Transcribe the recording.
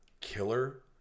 Killer